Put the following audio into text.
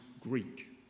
Greek